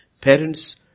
Parents